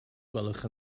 gwelwch